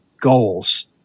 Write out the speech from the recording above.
goals